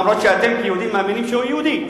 אף-על-פי שאתם כיהודים מאמינים שהוא יהודי.